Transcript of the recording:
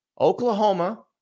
Oklahoma